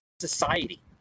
society